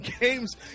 games